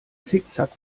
zickzack